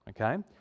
okay